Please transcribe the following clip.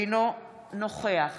אינו נוכח